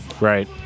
Right